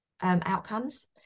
outcomes